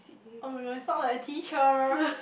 [oh]-my-god you sound like a teacher